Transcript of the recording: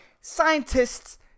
scientists